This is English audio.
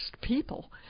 people